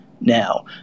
now